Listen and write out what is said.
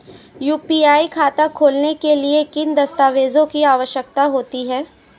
UPI खाता खोलने के लिए किन दस्तावेज़ों की आवश्यकता होती है?